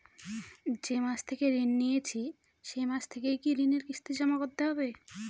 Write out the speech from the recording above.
যে মাসে ঋণ নিয়েছি সেই মাস থেকেই কি ঋণের কিস্তি জমা করতে হবে?